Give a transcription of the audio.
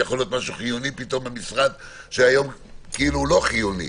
ויכול להיות משהו חיוני פתאום במשרד שהיום הוא לא חיוני.